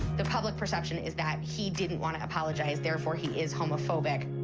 the public perception is that he didn't wanna apologize, therefore he is homophobic.